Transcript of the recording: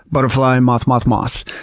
butterfly, moth, moth, moth.